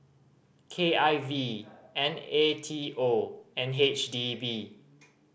K I V N A T O and H D B